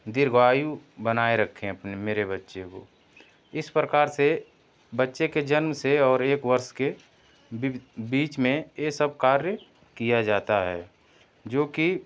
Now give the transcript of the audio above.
दीर्घायु बनाए रखें अपने मेरे बच्चे को इस प्रकार से बच्चे के जन्म से और एक वर्ष के बीच में यह सब कार्य किया जाता है जो कि